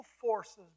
forces